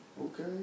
Okay